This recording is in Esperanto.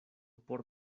por